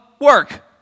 work